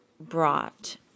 brought